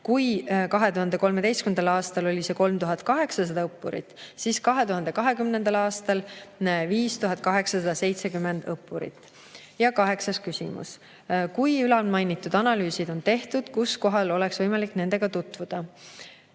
Kui 2013. aastal oli see 3800 õppurit, siis 2020. aastal 5870 õppurit. Ja kaheksas küsimus: "Kui ülalmainitud analüüsid on tehtud, siis kuskohal oleks võimalik nendega tutvuda?"